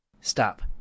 Stop